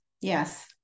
Yes